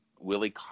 Willie